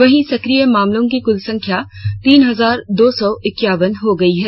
वहीं सक्रिय मामलों की कुल संख्या तीन हजार दो सौ इक्यावन हो गई है